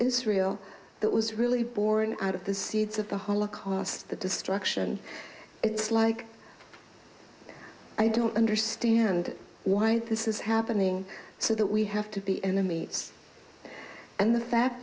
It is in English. israel that was really born out of the seeds of the holocaust the destruction it's like i don't understand why this is happening so that we have to be enemy and the fact